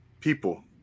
people